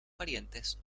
parientes